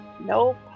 Nope